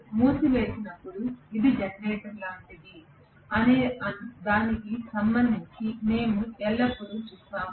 మూసివేసేటప్పుడు ఇది జనరేటర్ లాంటిది అనేదానికి సంబంధించి మేము ఎల్లప్పుడూ చూస్తాము